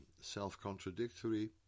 self-contradictory